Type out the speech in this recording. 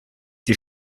die